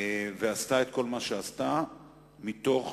ועשתה את כל מה שעשתה מתוך